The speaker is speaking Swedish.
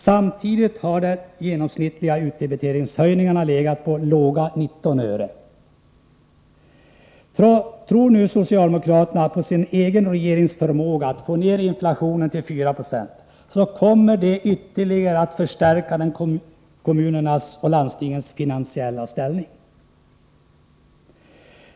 Samtidigt har de genomsnittliga utdebiteringshöjningarna legat så lågt som vid 19 öre. Tror nu socialdemokraterna på sin egen regerings förmåga att få ned inflationen till 4 96, skulle detta ytterligare förstärka kommunernas och landstingens finansiella ställning.